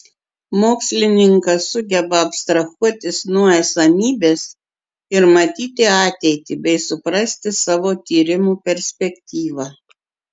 mokslininkas sugeba abstrahuotis nuo esamybės ir matyti ateitį bei suprasti savo tyrimų perspektyvą